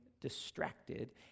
distracted